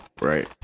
Right